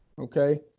okay